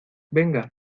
venga